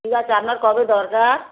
ঠিক আছে আপনার কবে দরকার